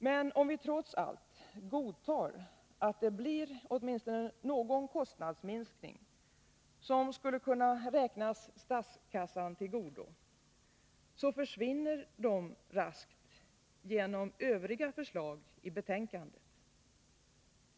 Men om vi trots allt godtar att det blir åtminstone någon kostnadsminskning som skulle kunna komma statskassan tillgodo, så försvinner denna raskt genom övriga förslag i betänkandet.